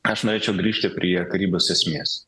aš norėčiau grįžti prie karybos esmės